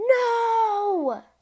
No